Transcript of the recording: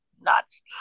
nuts